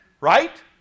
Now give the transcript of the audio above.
right